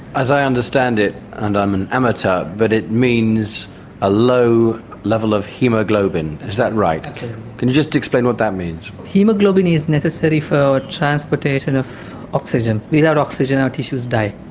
as i understand it, and i'm an amateur, but it means a low level of haemoglobin. is that right? exactly. can you just explain what that means? haemoglobin is necessary for transportation of oxygen. without oxygen our tissues die.